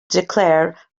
declare